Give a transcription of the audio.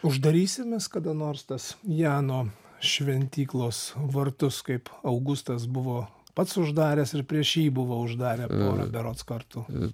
uždarysim mes kada nors tas jano šventyklos vartus kaip augustas buvo pats uždaręs ir prieš jį buvo uždarę porą berods kartų